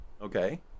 okay